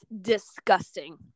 disgusting